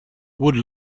would